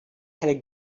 had